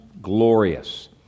glorious